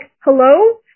hello